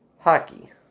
hockey